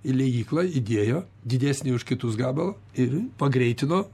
į liejyklą įdėjo didesnį už kitus gabalą ir pagreitino